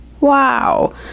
wow